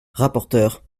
rapporteur